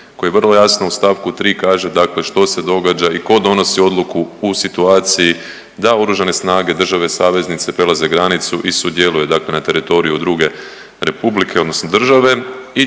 koji vrlo jasno u stavku 3. kaže, dakle što se događa i tko donosi odluku u situaciji da Oružane snage države saveznice prelaze granicu i sudjeluje, dakle na teritoriju druge Republike odnosno države.